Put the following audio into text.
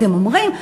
אתם אומרים,